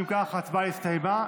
אם כך, ההצבעה הסתיימה.